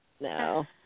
No